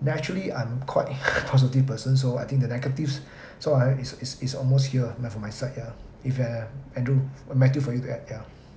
naturally I'm quite a positive person so I think the negatives so I mean is is is almost here like for my side ya if you have andrew matthew for you to add ya ya